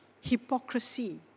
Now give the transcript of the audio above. hypocrisy